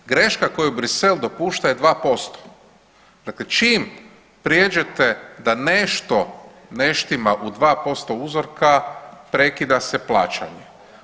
Greška koju Brisel dopušta je 2%, dakle čim prijeđete da nešto ne štima u 2% uzorka prekida se plaćanje.